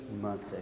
mercy